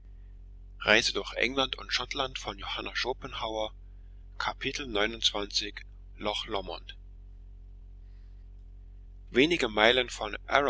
wenige meilen von